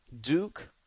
Duke